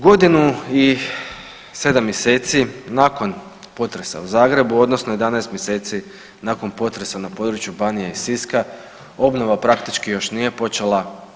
Godinu i 7 mjeseci nakon potresa u Zagrebu, odnosno 11 mjeseci nakon potresa na području Banije i Siska obnova praktički još nije počela.